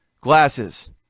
glasses